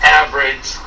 average